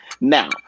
Now